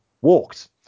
walked